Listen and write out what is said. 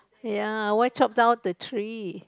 ya why chop down the tree